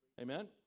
Amen